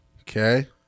Okay